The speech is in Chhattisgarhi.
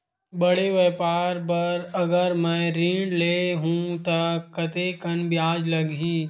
बड़े व्यापार बर अगर मैं ऋण ले हू त कतेकन ब्याज लगही?